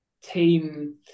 team